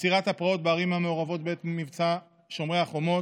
עצירת הפרעות בערים המעורבות בעת מבצע שומר החומות,